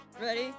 Ready